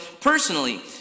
personally